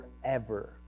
forever